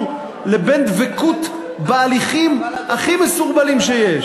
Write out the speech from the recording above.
לבין דבקות בהליכים הכי מסורבלים שיש?